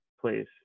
please